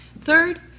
Third